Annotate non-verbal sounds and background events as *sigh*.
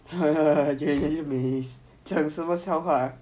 *laughs* 讲什么笑话